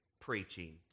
preaching